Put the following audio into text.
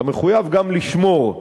אתה מחויב גם לשמור,